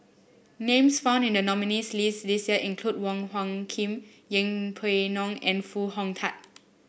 names found in the nominees' list this year include Wong Hung Khim Yeng Pway Ngon and Foo Hong Tatt